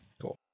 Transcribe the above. Cool